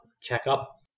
checkup